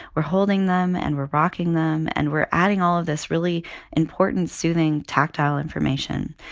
we're holding them and we're rocking them and we're adding all of this really important soothing tactile information.